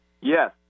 Yes